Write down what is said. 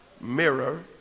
mirror